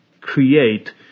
Create